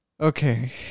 Okay